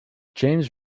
james